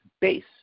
base